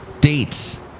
Dates